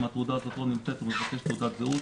אם התעודה הזאת לא נמצאת הוא מבקש תעודת זהות,